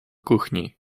kuchni